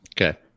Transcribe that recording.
Okay